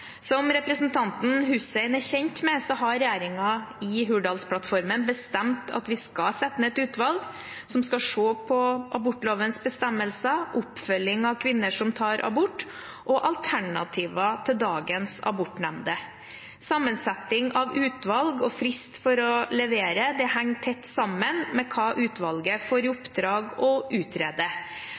Som representanten Hussein er kjent med, har regjeringen i Hurdalsplattformen bestemt at vi skal sette ned et utvalg som skal se på abortlovens bestemmelser, oppfølging av kvinner som tar abort, og alternativer til dagens abortnemnder. Sammensetning av utvalg og frist for å levere henger tett sammen med hva utvalget får i oppdrag å utrede.